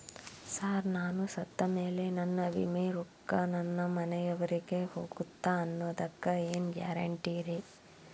Sir ನಾನು ಸತ್ತಮೇಲೆ ನನ್ನ ವಿಮೆ ರೊಕ್ಕಾ ನನ್ನ ಮನೆಯವರಿಗಿ ಹೋಗುತ್ತಾ ಅನ್ನೊದಕ್ಕೆ ಏನ್ ಗ್ಯಾರಂಟಿ ರೇ?